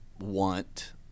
want